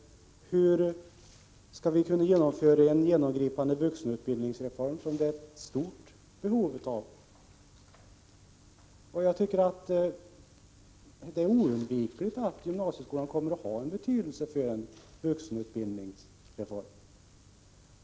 Hur skall vi kunna genomföra en genomgripande vuxenutbildningsreform, som vi är i stort behov av? — Jag anser att gymnasieskolan oundgängligen kommer att ha betydelse för en vuxenutbildningsreform.